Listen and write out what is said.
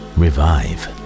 revive